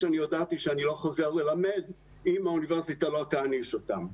שהודעתי שאני לא חוזר ללמד אם האוניברסיטה לא תעניש אותם.